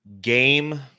Game